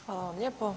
Hvala vam lijepo.